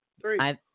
Three